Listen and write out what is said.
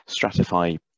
stratify